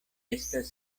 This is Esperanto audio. estas